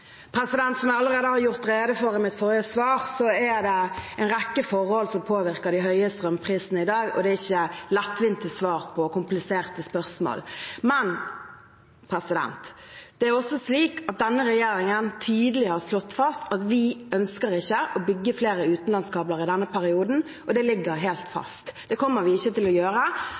ikke lettvinte svar på kompliserte spørsmål. Det er også slik at denne regjeringen tydelig har slått fast at vi ikke ønsker å bygge flere utenlandskabler i denne perioden, og det ligger helt fast. Det kommer vi ikke til å gjøre,